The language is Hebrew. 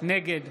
נגד